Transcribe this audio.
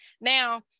Now